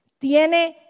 Tiene